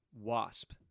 wasp